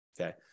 okay